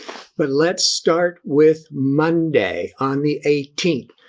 but let's start with monday on the eighteenth.